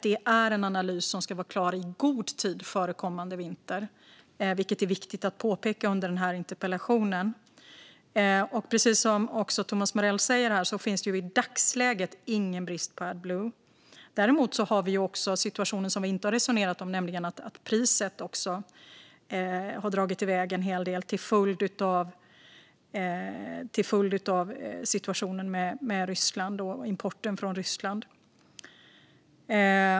Det är en analys som ska vara klar i god tid före kommande vinter, vilket är viktigt att påpeka under den här interpellationsdebatten. Precis som Thomas Morell säger finns det i dagsläget ingen brist på Adblue. Däremot har vi även en situation som vi inte har resonerat om, nämligen att priset har dragit iväg en hel del till följd av situationen med Ryssland och importen från Ryssland.